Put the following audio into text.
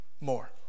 more